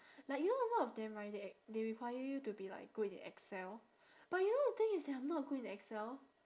like you know a lot of them right they they require you to be like good in Excel but you know the thing is that I'm not good in Excel